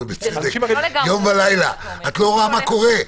אתה לא רואה מה קורה.